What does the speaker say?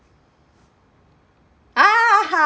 ah ha